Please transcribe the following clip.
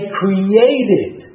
created